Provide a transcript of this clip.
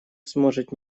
сможет